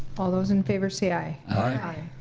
all those in favor say aye. aye.